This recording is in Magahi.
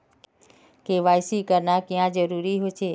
के.वाई.सी करना क्याँ जरुरी होचे?